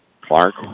Clark